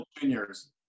juniors